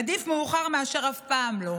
עדיף מאוחר מאשר אף פעם לא,